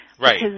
Right